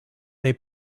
they